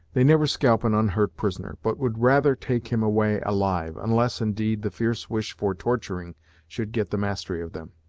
they never scalp an unhurt prisoner, but would rather take him away alive, unless, indeed, the fierce wish for torturing should get the mastery of them.